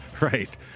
Right